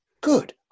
Good